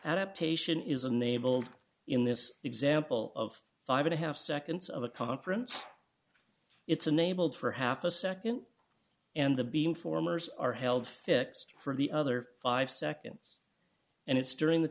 adaptation is unable in this example of five and a half seconds of a conference it's enabled for half a nd and the beam formers are held fixed for the other five seconds and it's during the